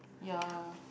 ya